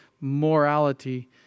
morality